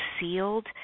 sealed